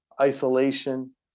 isolation